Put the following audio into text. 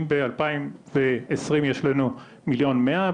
אם ב-2020 יש לנו 1.1 מיליון,